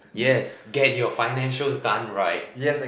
yes get your financials done right